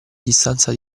distanza